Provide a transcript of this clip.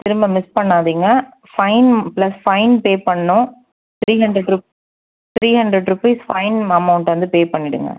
திரும்ப மிஸ் பண்ணாதிங்கள் fine plus fine pay பண்ணும் three hundred rup three hundred rupees fine amount வந்து pay பண்ணிடுங்கள்